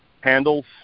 handles